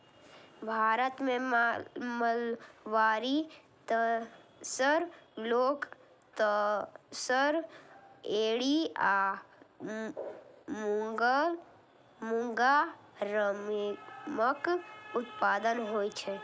भारत मे mulberry, tasar, oak tasar, eri आ मूंगा रेशमक उत्पादन होइ छै